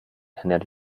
ernährt